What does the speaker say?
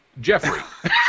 Jeffrey